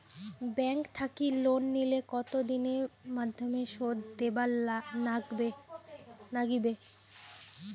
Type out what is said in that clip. Bank থাকি loan নিলে কতো দিনের মধ্যে শোধ দিবার নাগিবে?